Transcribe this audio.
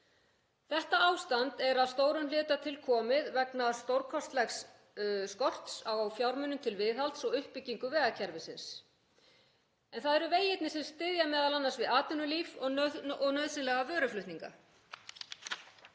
Þetta ástand er að stórum hluta til komið vegna stórkostlegs skorts á fjármunum til viðhalds og uppbyggingar vegakerfisins en það eru vegirnir sem styðja m.a. við atvinnulíf og nauðsynlega vöruflutninga.